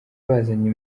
bazanye